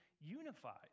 unified